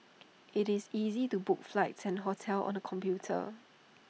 IT is easy to book flights and hotels on the computer